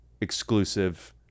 exclusive